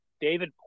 David